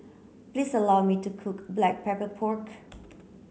please allow me to cook black pepper pork